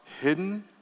Hidden